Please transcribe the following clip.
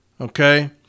Okay